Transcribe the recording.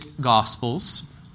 Gospels